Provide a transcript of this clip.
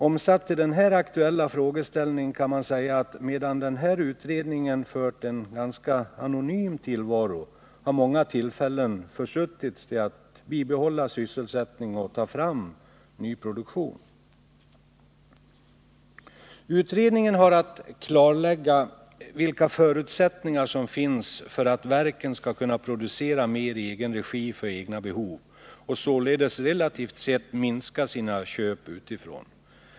Omsatt till den här aktuella frågeställningen kan man säga att medan den här utredningen har fört en ganska anonym tillvaro har många tillfällen försuttits att behålla sysselsättning och ta fram ny produktion. Utredningen har att klarlägga vilka förutsättningar som finns för att verket skall kunna producera mer i egen regi för egna behov och således relativt sett minska sina köp utifrån.